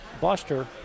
Buster